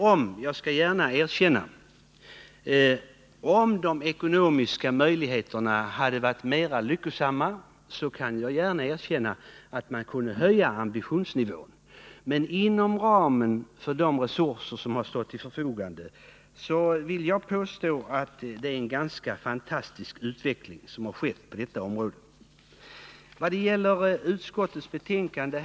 Om de ekonomiska möjligheterna hade varit bättre kunde man, det vill jag gärna erkänna, ha höjt ambitionsnivån. Men jag vill påstå att det har skett en ganska fantastisk utveckling på det här området inom ramen för de resurser som har stått till förfogande.